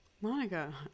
monica